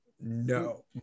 No